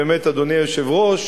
אדוני היושב-ראש,